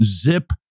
zip